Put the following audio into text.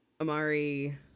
Amari